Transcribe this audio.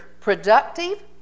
productive